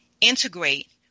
integrate